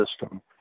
system